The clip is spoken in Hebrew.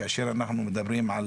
כאשר אנחנו מדברים על